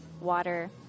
water